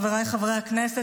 חבריי חברי הכנסת,